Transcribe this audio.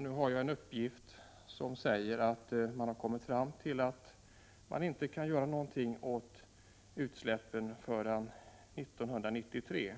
Nu har jag en uppgift som säger att man har kommit fram till att man inte kan göra någonting åt utsläppen förrän 1993.